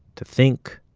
to think,